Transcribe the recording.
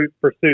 pursuit